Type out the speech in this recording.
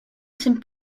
sind